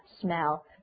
smell